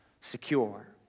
secure